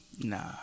Nah